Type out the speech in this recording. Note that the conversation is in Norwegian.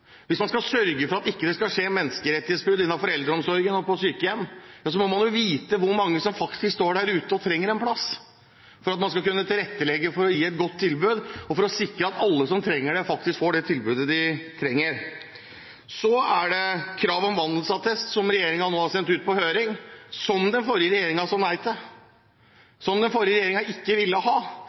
Hvis man skal sørge for at det ikke skal skje menneskerettighetsbrudd innenfor eldreomsorgen og på sykehjem, må man vite hvor mange som faktisk står der ute og trenger en plass, for å kunne tilrettelegge for å gi et godt tilbud og for å sikre at alle som trenger det, får det tilbudet de trenger. Så er det krav om vandelsattest, som regjeringen nå har sendt ut på høring – som den forrige regjeringen sa nei til, som den forrige regjeringen ikke ville ha.